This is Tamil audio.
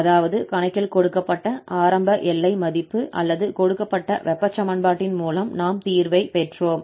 அதாவது கணக்கில் கொடுக்கப்பட்ட ஆரம்ப எல்லை மதிப்பு அல்லது கொடுக்கப்பட்ட வெப்ப சமன்பாட்டின் மூலம் நாம் தீர்வை பெற்றோம்